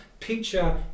picture